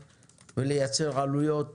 על מנת לפגוע בצרכן, לייצר עלויות